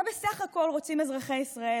מה בסך הכול רוצים אזרחי ישראל?